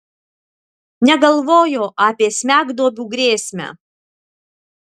negalvojo apie smegduobių grėsmę